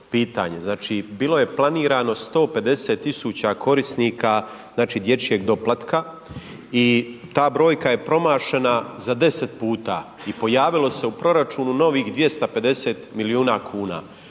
Znači bilo je planirano 150 tisuća korisnika dječjeg doplatka i ta brojka je promašena za 10 puta i pojavilo se u proračunu novih 250 milijuna kuna.